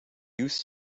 used